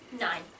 Nine